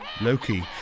Loki